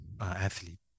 athlete